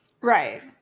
Right